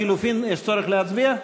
לחלופין, יש צורך להצביע?